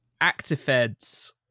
Actifeds